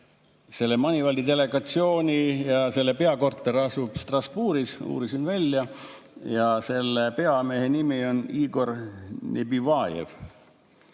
Selle Moneyvali delegatsiooni peakorter asub Strasbourgis, ma uurisin välja, ja selle peamehe nimi on Igor Nebõvajev.